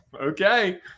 Okay